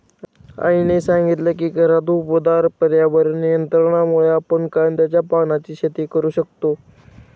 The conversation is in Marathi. आईने सांगितले की घरात उबदार पर्यावरण नियंत्रणामुळे आपण कांद्याच्या पानांची शेती करू शकतो